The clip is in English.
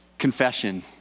Confession